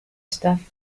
stuff